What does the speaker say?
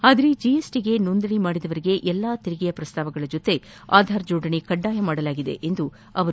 ಆದರೆ ಜಿಎಸ್ಟಿಗೆ ನೋಂದಣಿ ಮಾಡಿದವರಿಗೆ ಎಲ್ಲಾ ತೆರಿಗೆಯ ಪ್ರಸ್ತಾವಗಳ ಜೊತಗೆ ಆಧಾರ್ ಜೋಡಣೆ ಕಡ್ಡಾಯ ಮಾಡಲಾಗಿದೆ ಎಂದರು